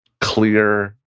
clear